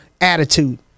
attitude